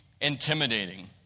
intimidating